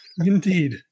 Indeed